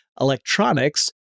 Electronics